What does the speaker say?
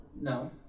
No